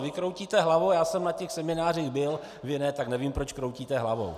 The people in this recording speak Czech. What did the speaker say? Vy kroutíte hlavou, ale já jsem na těch seminářích byl, vy ne, tak nevím, proč kroutíte hlavou.